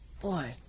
boy